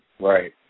right